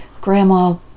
Grandma